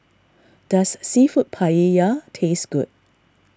does Seafood Paella taste good